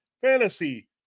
Fantasy